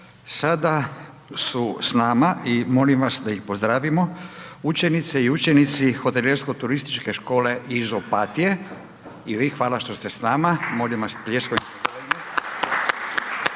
Sada su s nama i molim vas da ih pozdravimo, učenice i učenici Hotelijersko-turističke škole iz Opatije, i vi hvala što ste s nama,